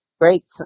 great